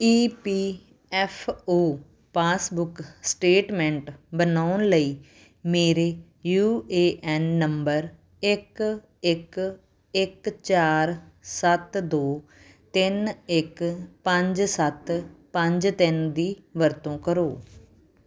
E P F or passbook statement ਬਣਾਉਣ ਲਈ ਮੇਰੇ ਯੂ ਏ ਐੱਨ ਨੰਬਰ ਇੱਕ ਇੱਕ ਇੱਕ ਚਾਰ ਸੱਤ ਦੋ ਤਿੰਨ ਇੱਕ ਪੰਜ ਸੱਤ ਪੰਜ ਤਿੰਨ ਦੀ ਵਰਤੋਂ ਕਰੋ